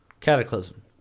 Cataclysm